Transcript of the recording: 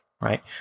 right